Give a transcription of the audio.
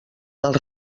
dels